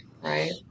right